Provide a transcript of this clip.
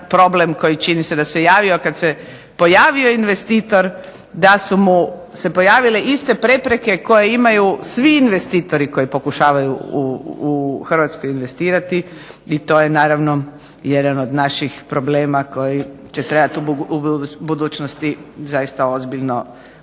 koji se javio kada se pojavio investitor, da su mu se pojavile iste prepreke koje imaju svi investitori koji pokušavaju u Hrvatskoj investirati i to je jedan od naših problema koji će trebati u budućnosti zaista ozbiljno uhvatiti